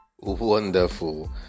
wonderful